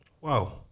Wow